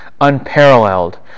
unparalleled